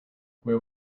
where